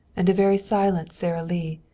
and a very silent sara lee,